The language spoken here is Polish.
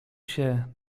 się